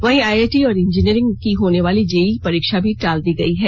वहीं आइआईटी और इंजीनियरिंग की होने वाली जेईई परीक्षा भी टाल दी गई हैं